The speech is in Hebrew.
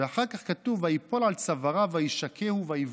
ואחר כך כתוב: "ויפל על צואריו ויִּשָּׁקֵהו ויבכו"